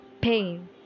Pain